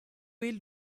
wheel